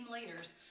leaders